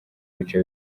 bice